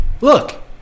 look